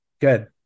Good